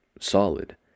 solid